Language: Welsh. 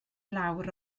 lawr